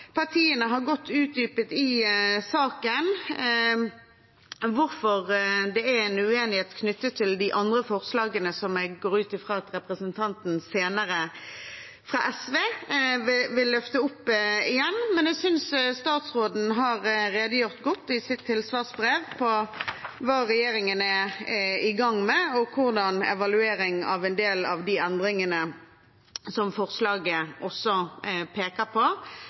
Partiene har utdypet godt i saken hvorfor det er en uenighet knyttet til de andre forslagene, som jeg går ut fra at representanten fra SV senere vil løfte opp igjen. Men jeg synes statsråden har redegjort godt i sitt tilsvarsbrev for hva regjeringen er i gang med, og hvordan evalueringen av en del av de endringene som forslaget også peker på,